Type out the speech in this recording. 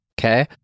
Okay